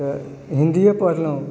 तऽ हिन्दीए पढ़लहुँ